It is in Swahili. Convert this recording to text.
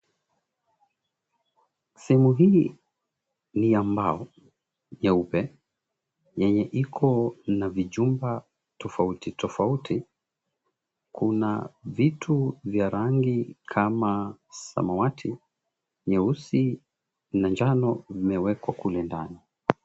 Sehemu hii ni ya mbao nyeupe. Yenye iko na vijumba tofauti tofauti. Kuna vitu vya rangi kama samawati, nyeusi, na njano, vimewekwa kule ndani.